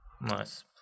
Nice